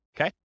Okay